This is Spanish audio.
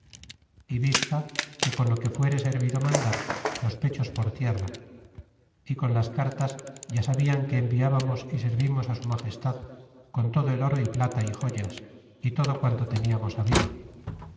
e vista que con lo que fuere servido mandar los pechos por tierra y con las cartas ya sabian que envibamos y servimos su magestad con todo el oro y plata joyas é todo quanto tenia nos habido